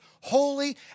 holy